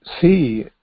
see